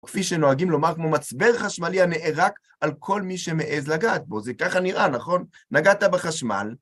או כפי שנוהגים לומר, כמו מצבר חשמלי הנערק על כל מי שמעז לגעת בו. זה ככה נראה, נכון? נגעת בחשמל.